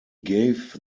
gave